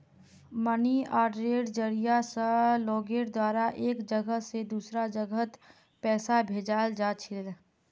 money आर्डरेर जरिया स लोगेर द्वारा एक जगह स दूसरा जगहत पैसा भेजाल जा छिले